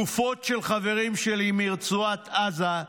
גופות של חברים שלי, מרצועת עזה,